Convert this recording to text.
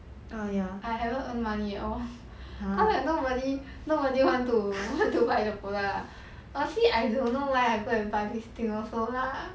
I haven't earn money at all cause like nobody nobody want to buy the product obviously I don't know why I go and buy this thing also lah